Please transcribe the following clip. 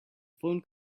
phone